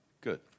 Good